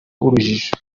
urujijo